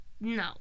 No